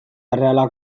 errealak